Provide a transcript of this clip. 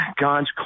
God's